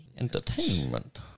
Entertainment